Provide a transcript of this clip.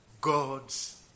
God's